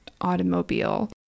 automobile